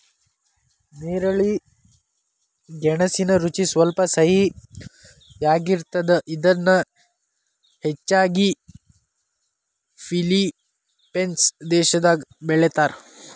ನೇರಳೆ ಗೆಣಸಿನ ರುಚಿ ಸ್ವಲ್ಪ ಸಿಹಿಯಾಗಿರ್ತದ, ಇದನ್ನ ಹೆಚ್ಚಾಗಿ ಫಿಲಿಪೇನ್ಸ್ ದೇಶದಾಗ ಬೆಳೇತಾರ